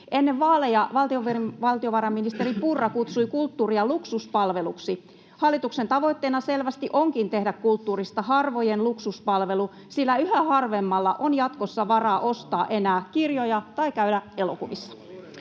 Ennen vaaleja valtiovarainministeri Purra kutsui kulttuuria luksuspalveluksi. Hallituksen tavoitteena selvästi onkin tehdä kulttuurista harvojen luksuspalvelu, sillä yhä harvemmalla on jatkossa enää varaa ostaa kirjoja tai käydä elokuvissa.